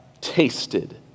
tasted